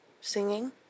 singing